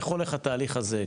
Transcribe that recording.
איך הולך התהליך הזה?